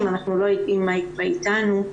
ועדיין אנחנו לא יודעים מה יקרה איתנו.